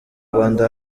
rwanda